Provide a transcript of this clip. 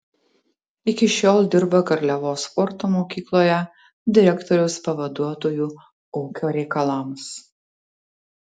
iki šiol dirba garliavos sporto mokykloje direktoriaus pavaduotoju ūkio reikalams